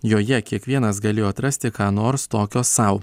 joje kiekvienas galėjo atrasti ką nors tokio sau